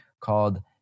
called